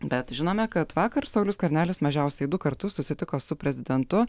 bet žinome kad vakar saulius skvernelis mažiausiai du kartus susitiko su prezidentu